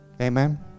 Amen